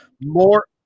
More –